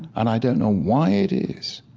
and i don't know why it is.